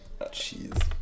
Jeez